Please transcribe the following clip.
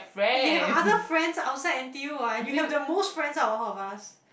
eh you have other friends outside N_T_U ah you have the most friends out of all of us